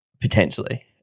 Potentially